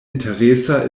interesa